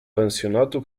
pensjonatu